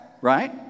right